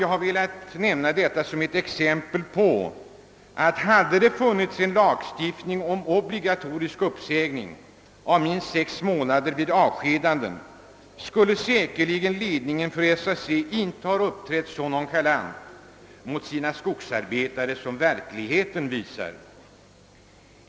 Jag har velat nämna detta som ett exempel på att hade det funnits en lagstiftning om minst sex månaders obligatorisk uppsägning, skulle säkerligen ledningen för SCA inte ha uppträtt så nonchalant mot sina skogsarbetare som i verkligheten skett.